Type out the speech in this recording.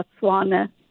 Botswana